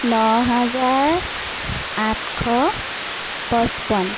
ন হাজাৰ আঠশ পছপন্ন